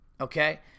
okay